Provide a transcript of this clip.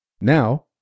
Now